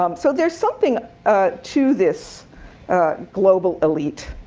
um so there's something to this global elite